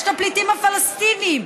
יש הפליטים הפלסטינים.